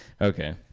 Okay